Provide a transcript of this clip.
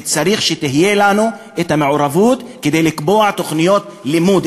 וצריך שתהיה לנו מעורבות כדי לקבוע תוכניות לימוד,